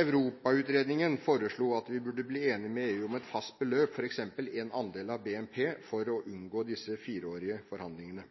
Europautredningen foreslo at vi burde bli enige med EU om et fast beløp, f.eks. en andel av BNP, for å unngå disse fireårige forhandlingene.